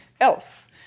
else